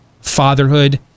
fatherhood